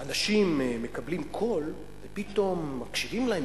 שכשאנשים מקבלים קול ופתאום מקשיבים להם,